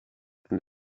and